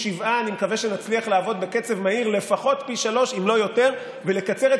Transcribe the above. שישב פה באופוזיציה ועשה כל מה שהוא יכול כדי לקצר את